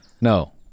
no